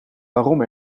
waarom